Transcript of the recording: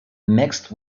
mixed